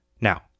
Now